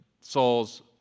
Saul's